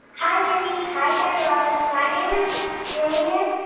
hi, mindy. hi, guy raz. my name is jillian,